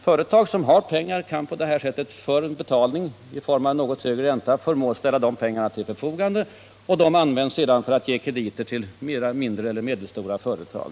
Företag som har pengar kan på detta sätt för en något högre ränta förmås ställa de pengarna till förfogande. Och de kan sedan användas bl.a. till att ge krediter till mindre och medelstora företag.